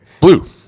blue